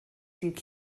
dydd